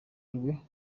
rwe